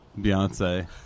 Beyonce